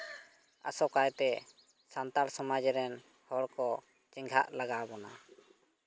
ᱟᱥᱚᱠᱟᱭᱛᱮ ᱥᱟᱱᱛᱟᱲ ᱥᱚᱢᱟᱡᱽ ᱨᱮᱱ ᱦᱚᱲᱠᱚ ᱪᱮᱸᱜᱷᱟᱜ ᱞᱟᱜᱟᱣ ᱵᱚᱱᱟ